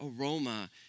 aroma